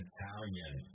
Italian